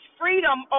freedom